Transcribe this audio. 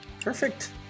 Perfect